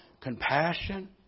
compassion